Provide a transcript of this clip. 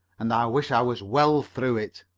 and i wish i was well through it.